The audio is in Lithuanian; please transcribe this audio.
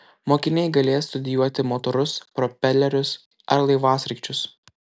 mokiniai galės studijuoti motorus propelerius ar laivasraigčius